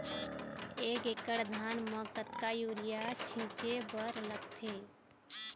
एक एकड़ धान म कतका यूरिया छींचे बर लगथे?